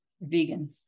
vegan